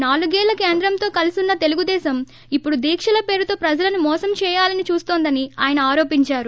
నాలుగేళ్లు కేంద్రంతో కలిసున్న తెలుగుదేశం ఇప్పుడు దీకల పేరుతో ప్రజలను మోసం చేయాలని చూస్తోందని ఆయన ఆరోపించారు